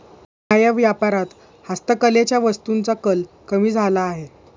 न्याय्य व्यापारात हस्तकलेच्या वस्तूंचा कल कमी झाला आहे